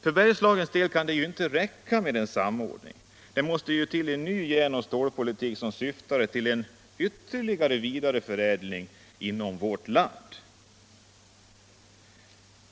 För Bergslagens del kan det inte räcka med en samordning, det måste till en ny järnoch stålpolitik som syftar till en ytterligare vidareförädling inom vårt land.